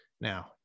Now